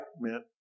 meant